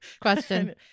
Question